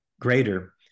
greater